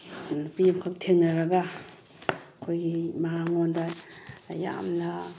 ꯅꯨꯄꯤ ꯑꯃꯈꯛ ꯊꯦꯡꯅꯔꯒ ꯑꯩꯈꯣꯏꯒꯤ ꯃꯉꯣꯟꯗ ꯌꯥꯝꯅ